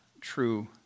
true